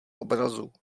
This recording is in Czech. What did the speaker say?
obrazu